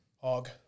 hog